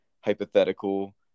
hypothetical